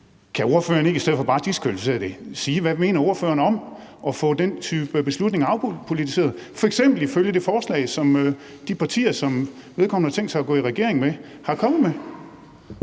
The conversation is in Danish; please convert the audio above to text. Kan ordføreren ikke i stedet for bare at diskvalificere det sige, hvad ordføreren mener om at få den type beslutninger afpolitiseret, f.eks. det forslag, som de partier, som Socialdemokratiet har tænkt sig at gå i regering med, er kommet med?